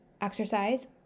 exercise